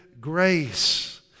grace